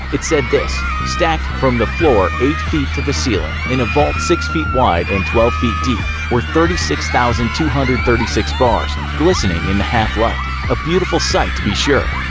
it said this, stacked from the floor eight feet to the ceiling in a vault six feet wide and twelve feet deep were thirty six thousand two hundred and thirty six bars, glistening in the half-light. a beautiful site to be sure.